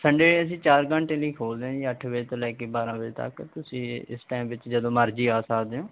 Sunday ਅਸੀਂ ਚਾਰ ਘੰਟੇ ਲਈ ਖੋਲ੍ਹਦੇ ਹਾਂ ਜੀ ਅੱਠ ਵਜੇ ਤੋਂ ਲੈ ਕੇ ਬਾਰ੍ਹਾਂ ਵਜੇ ਤੱਕ ਤੁਸੀਂ ਇਸ ਟਾਈਮ ਵਿੱਚ ਜਦੋਂ ਮਰਜ਼ੀ ਆ ਸਕਦੇ ਹੋ